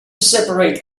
separate